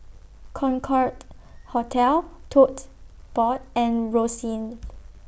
Concorde Hotel Tote Board and Rosyth